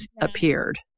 appeared